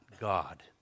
God